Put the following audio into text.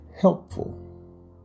Helpful